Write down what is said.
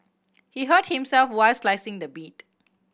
he hurt himself while slicing the meat